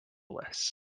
bliss